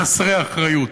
חסרי אחריות,